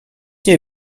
nie